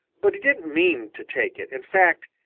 but he didn't mean to take it. in fact,